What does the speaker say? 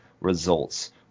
results